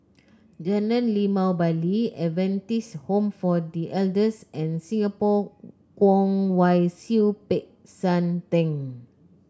Jalan Limau Bali Adventist Home for The Elders and Singapore Kwong Wai Siew Peck San Theng